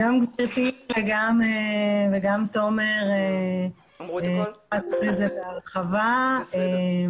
גם גברתי וגם תומר רוזנר התייחסתם לזה בהרחבה.